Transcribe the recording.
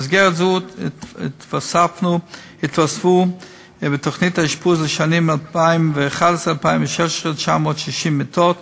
במסגרת זו התווספו בתוכנית האשפוז לשנים 2011 2016 960 מיטות,